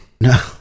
No